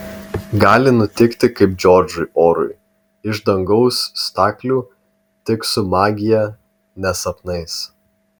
gali nutikti kaip džordžui orui iš dangaus staklių tik su magija ne sapnais